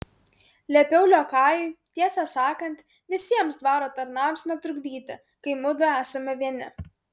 liepiau liokajui tiesą sakant visiems dvaro tarnams netrukdyti kai mudu esame vieni